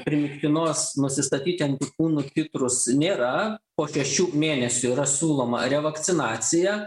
priimtinos nusistatyti antikūnų titrus nėra po šešių mėnesių yra siūloma revakcinacija